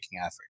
effort